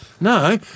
no